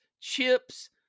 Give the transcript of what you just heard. chips